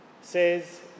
says